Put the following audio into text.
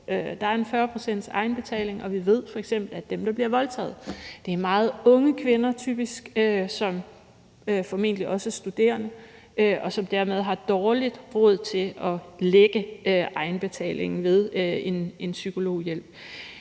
Der er en 40-procentsegenbetaling, og vi ved f.eks., at dem, der bliver voldtaget, typisk er meget unge kvinder, som formentlig også er studerende, og som dermed har dårligt råd til at lægge egenbetalingen for psykologhjælp.